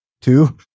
two